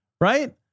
Right